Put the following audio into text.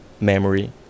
memory